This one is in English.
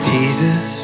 Jesus